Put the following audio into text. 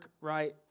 right